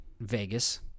vegas